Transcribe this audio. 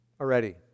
already